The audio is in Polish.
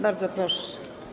Bardzo proszę.